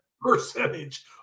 percentage